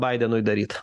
baidenui daryt